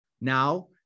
Now